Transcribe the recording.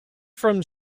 from